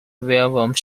williams